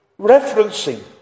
referencing